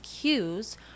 cues